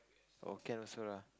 oh can also lah